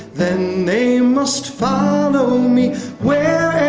then they must follow me wherever